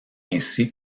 ainsi